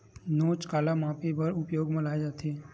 नोच काला मापे बर उपयोग म लाये जाथे?